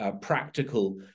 practical